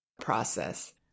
process